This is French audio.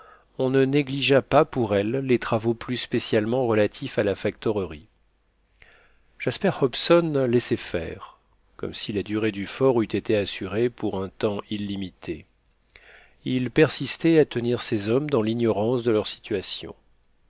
on ne négligea pas pour elle les travaux plus spécialement relatifs à la factorerie jasper hobson laissait faire comme si la durée du fort eût été assurée pour un temps illimité il persistait à tenir ses hommes dans l'ignorance de leur situation